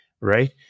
right